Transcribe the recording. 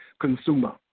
consumer